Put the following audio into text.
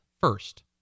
first